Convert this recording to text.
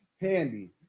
Handy